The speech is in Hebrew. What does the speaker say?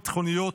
ביטחוניות,